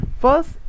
First